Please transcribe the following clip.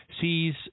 sees